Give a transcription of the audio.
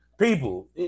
People